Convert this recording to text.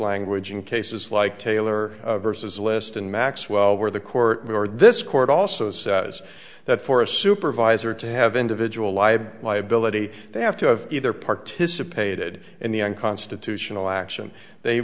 language in cases like taylor versus liston maxwell where the court or this court also says that for a supervisor to have individual liable liability they have to have either participated in the unconstitutional action they